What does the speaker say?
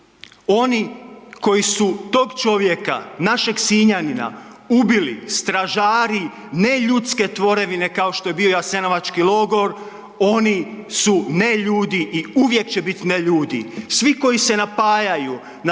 Oni koji su tog čovjeka, našeg Sinjanina ubili stražari neljudske tvorevine kao što je bio jasenovački logor oni su neljudi i uvijek će bit neljudi. Svi koji se napajaju na